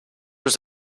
was